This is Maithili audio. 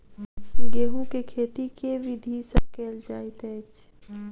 गेंहूँ केँ खेती केँ विधि सँ केल जाइत अछि?